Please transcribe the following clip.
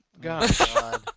God